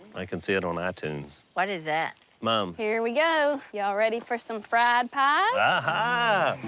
i can see it on ah itunes. what is that? mom. here we go. y'all ready for some fried pies? aha!